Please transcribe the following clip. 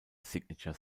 signature